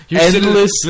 Endless